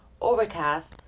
Overcast